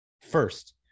first